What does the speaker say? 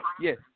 yes